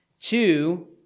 Two